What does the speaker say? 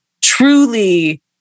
truly